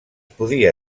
podia